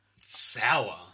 sour